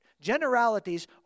Generalities